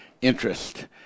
interest